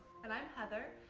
and i'm heather,